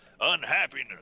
unhappiness